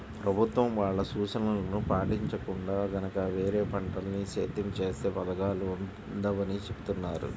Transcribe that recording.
ప్రభుత్వం వాళ్ళ సూచనలను పాటించకుండా గనక వేరే పంటల్ని సేద్యం చేత్తే పథకాలు అందవని చెబుతున్నారు